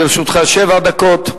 לרשותך שבע דקות.